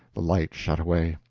the light shut away.